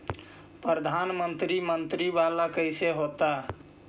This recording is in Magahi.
प्रधानमंत्री मंत्री वाला कैसे होता?